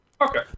okay